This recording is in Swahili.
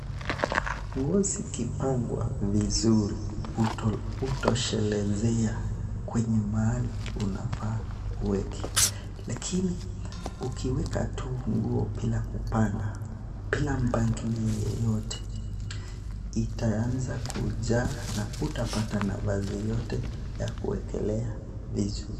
Nguo zikipangwa vizuri hutozeleshea kwenye mahali unafaa uweke lakini ukiweka tu nguo bila kupanga bila mpangilio yeyote itaanza kujaa na hutapata nafasi yeyote ya kuekelea vitu.